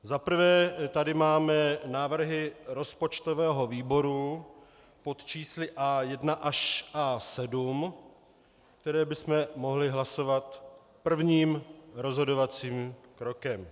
Za prvé tady máme návrhy rozpočtového výboru pod čísly A1 až A7, které bychom mohli hlasovat prvním rozhodovacím krokem.